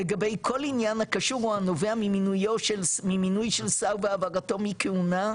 לגבי כל עניין הקשור או הנובע ממנו ממינוי של שר והעברתו מכהונה,